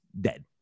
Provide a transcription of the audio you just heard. dead